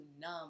numb